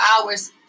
hours